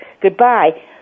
goodbye